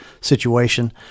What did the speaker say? situation